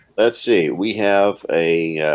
let's see we have a